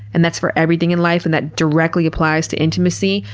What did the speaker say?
and that's for everything in life, and that directly applies to intimacy.